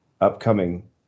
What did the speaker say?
upcoming